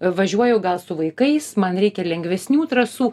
važiuoju gal su vaikais man reikia lengvesnių trasų